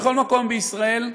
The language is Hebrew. בכל מקום בישראל,